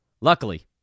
Luckily